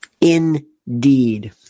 Indeed